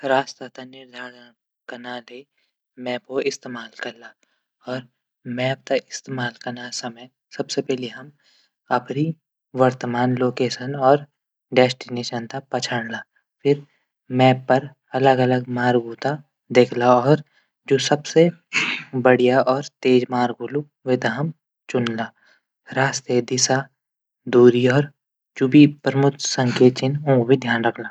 रास्ता तै निर्धारण कनादी मैपो इस्तेमाल कन अर मैप तै इस्तेमाल कनै समय सबसे पैली हम अपडी वर्तमान लोकेशन वा डैस्टिनेसन तै पछाण ला। फिर मैप पर अलग अलग मार्गो तै दिखला और जू सबसे बडिया और तेज मार्ग होलू वेथे हम चुनला। रास्ता दिशा और दूरी। जू भी प्रमुख संकेत छन ध्यान रखला।